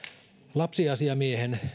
lapsiasiamiehen